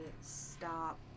stop